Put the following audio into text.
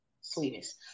Sweetest